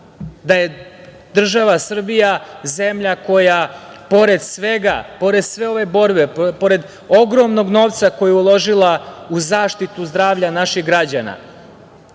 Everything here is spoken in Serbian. da je država Srbija zemlja koja, pored svega, pored sve ove borbe, pored ogromnog novca koji je uložila u zaštitu zdravlja naših građana,